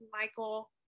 Michael